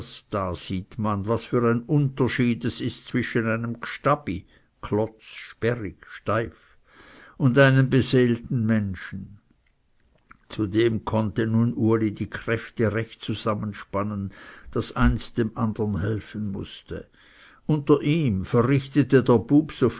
da sieht man was für ein unterschied es ist zwischen einem gstabi und einem beseelten menschen zudem konnte nun uli die kräfte recht zusammenspannen daß eins dem andern helfen mußte unter ihm verrichtete der bub